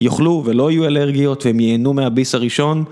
יאכלו ולא יהיו אלרגיות והם יהנו מהביס הראשון